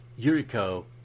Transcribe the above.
Yuriko